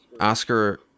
Oscar